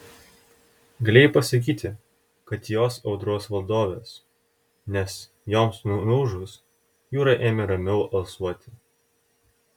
galėjai pasakyti kad jos audros valdovės nes joms nuūžus jūra ėmė ramiau alsuoti